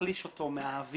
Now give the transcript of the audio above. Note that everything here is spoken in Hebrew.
מחליש אותו מהאוויר.